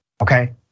Okay